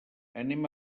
anem